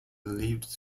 believed